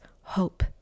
hope